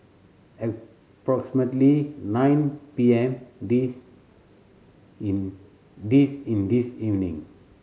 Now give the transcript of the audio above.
approximately nine P M this in this in this evening